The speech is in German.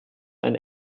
ein